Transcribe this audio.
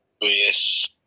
Yes